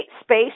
space